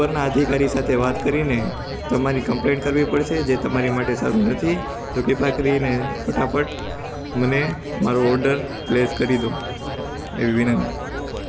ઉપરના અધિકારી સાથે વાત કરીને તમારી કમ્પલેન કરવી પડશે જે તમારી માટે સારું નથી તો ક પા કરીને ફટાફટ મને મારું ઓડર પ્લેસ કરી દો એવી વિનંતી